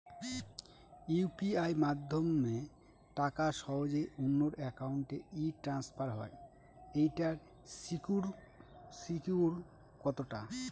UPI মাধ্যমে টাকা সহজেই অন্যের অ্যাকাউন্ট ই ট্রান্সফার হয় এইটার সিকিউর কত টা?